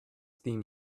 theme